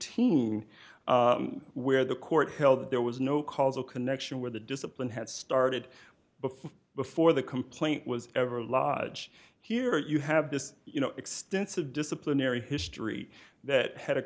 eighteen where the court held that there was no causal connection where the discipline had started before before the complaint was ever lodge here you have this you know extensive disciplinary history that had